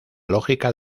lógica